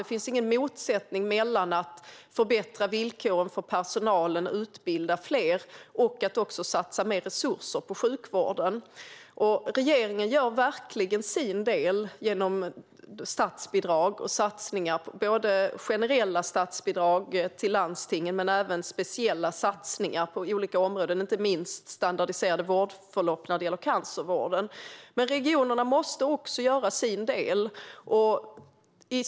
Det finns ingen motsättning mellan att förbättra villkoren för personalen och utbilda fler och att satsa mer resurser på sjukvården. Regeringen gör verkligen sin del genom generella statsbidrag till landstingen men även speciella satsningar på olika områden. Det gäller inte minst standardiserade vårdförlopp för cancervården. Men regionerna måste också göra sin del.